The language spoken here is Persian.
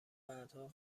بعدها